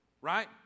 Right